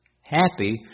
happy